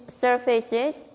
surfaces